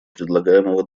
предлагаемого